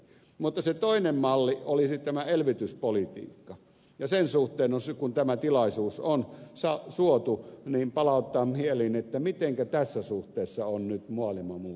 mutta se toinen malli olisi tämä elvytyspolitiikka ja sen suhteen kun tämä tilaisuus on suotu palautan mieliin mitenkä tässä suhteessa on nyt mualima muuttumassa